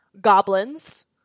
Goblins